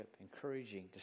encouraging